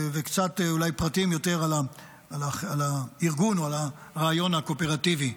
ואולי קצת יותר פרטים על הארגון או על הרעיון הקואופרטיבי.